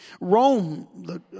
Rome